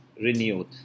renewed